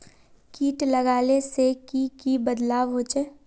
किट लगाले से की की बदलाव होचए?